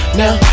now